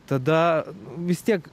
tada vis tiek